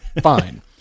Fine